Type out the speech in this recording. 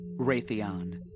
Raytheon